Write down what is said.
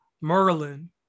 merlin